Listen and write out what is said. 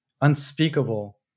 unspeakable